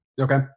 okay